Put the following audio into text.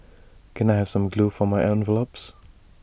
can I have some glue for my envelopes